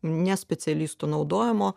ne specialistų naudojamo